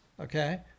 Okay